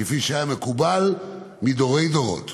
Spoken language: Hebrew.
כפי שהיה מקובל מדורי דורות.